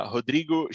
Rodrigo